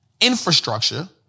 infrastructure